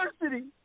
University